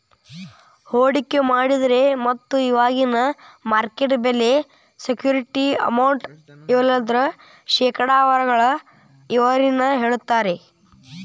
ಹೂಡಿಕೆ ಮಾಡಿದ್ರ ಮೊತ್ತ ಇವಾಗಿನ ಮಾರ್ಕೆಟ್ ಬೆಲೆ ಸೆಕ್ಯೂರಿಟಿ ಅಮೌಂಟ್ ಇವೆಲ್ಲದರ ಶೇಕಡಾವಾರೊಳಗ ಇಳುವರಿನ ಹೇಳ್ತಾರಾ